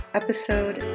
episode